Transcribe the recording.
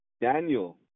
Daniel